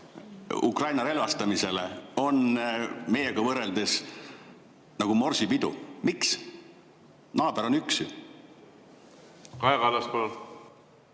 Ukraina relvastamisse on meiega võrreldes nagu morsipidu. Miks? Naaber on ju üks.